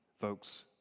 folks